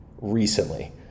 recently